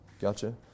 Gotcha